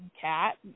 cat